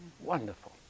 Wonderful